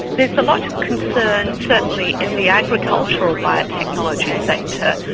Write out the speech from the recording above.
is a lot of concern certainly in the agricultural biotechnology sector,